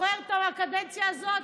זוכר את הקדנציה הזאת?